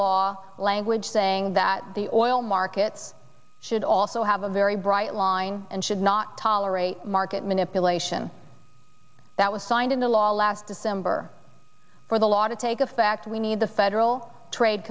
law language saying that the oil markets should also have a very bright line and should not tolerate market manipulation that was signed into law last december for the law to take effect we need the federal trade